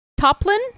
Toplin